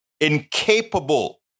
incapable